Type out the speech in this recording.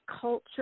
culture